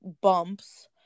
bumps